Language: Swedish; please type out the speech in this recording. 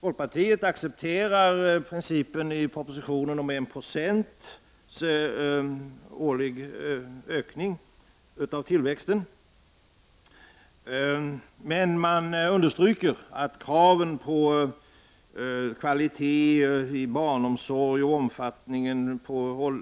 Folkpartiet accepterar principen i propositionen om en procents årlig ökning av tillväxten men understryker kravet att barnomsorgen,